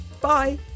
Bye